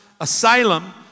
asylum